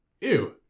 Ew